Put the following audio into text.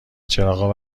چراغا